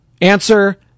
Answer